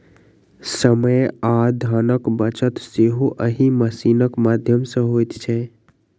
समय आ धनक बचत सेहो एहि मशीनक माध्यम सॅ होइत छै